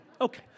Okay